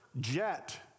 jet